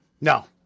No